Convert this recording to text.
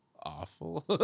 awful